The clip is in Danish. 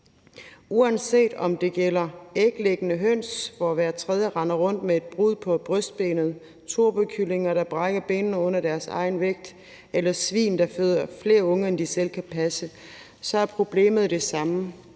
Uanset om det gælder æglæggende høns, hvor hver tredje render rundt med et brud på brystbenet, turbokyllinger, der brækker benene under deres egen vægt, eller svin, der føder flere unger, end de selv kan passe, så er problemet det samme.